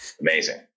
Amazing